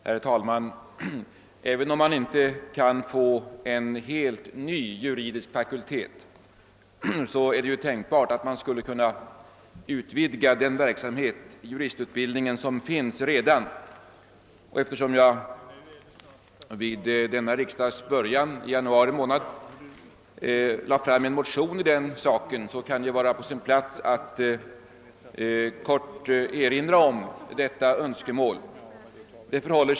Herr talman! Även om vi inte kan få en helt ny juridisk fakultet är det tänkbart att den juristutbildning som redan finns kan utökas. Eftersom jag vid denna riksdags början i januari månad väckte en motion härom kan det vara på sin plats att helt kort erinra om detta önskemål.